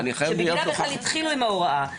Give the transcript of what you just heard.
שבגללה ואיתה התחילו עם ההוראה,